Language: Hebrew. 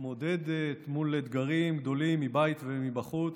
מתמודדת עם אתגרים גדולים מבית ומחוץ.